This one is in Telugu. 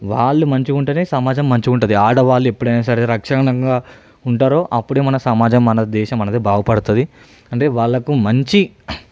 వాళ్లు మంచిగా ఉంటేనే సమాజం మంచిగా ఉంటుంది ఆడవాళ్ళు ఎప్పుడైనా సరే రక్షణంగా ఉంటారో అప్పుడే మన సమాజం మన దేశం అనేది బాగుపడుతుంది అంటే వాళ్లకు మంచి